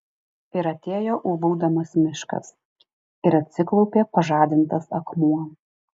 ir atėjo ūbaudamas miškas ir atsiklaupė pažadintas akmuo